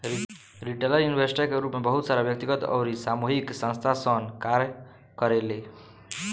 retail investor के रूप में बहुत सारा व्यक्तिगत अउरी सामूहिक संस्थासन कार्य करेले